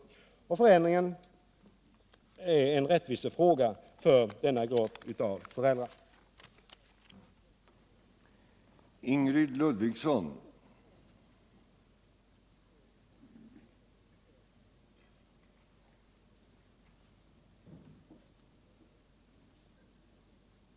Förändringen är en rättvisefråga för denna grupp föräldrar och barn.